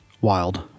wild